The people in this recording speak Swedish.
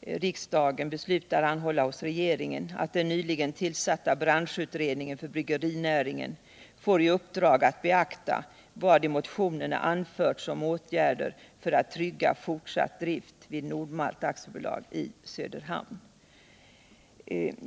riksdagen beslutar anhålla hos regeringen att den nyligen tillsatta branschutredningen för bryggerinäringen får i uppdrag att beakta vad i motionerna anförts om åtgärder för att trygga fortsatt drift vid Nord-Malt AB i Söderhamn.